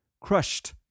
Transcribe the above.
Crushed